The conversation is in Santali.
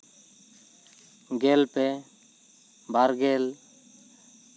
ᱜᱮᱞ ᱯᱮ ᱵᱟᱨ ᱜᱮᱞ